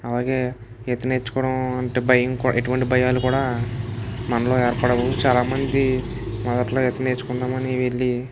అలాగే ఈత నేర్చుకోడం అంటే భయం కూడా ఎటువంటి భయాలు కూడా మనలో ఏర్పడవు చాలా మంది మొదట్లో ఈత నేర్చుకుందాం అని వెళ్ళి